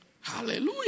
Hallelujah